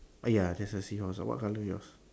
!aiya! that's a seahorse ah what colour yours